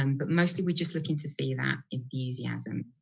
um but mostly we're just looking to see that enthusiasm.